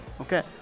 Okay